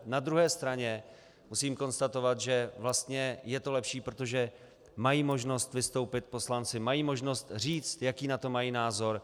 Na druhé straně musím konstatovat, že vlastně je to lepší, protože mají možnost vystoupit poslanci, mají možnost říct, jaký na to mají názor.